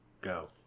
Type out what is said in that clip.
Go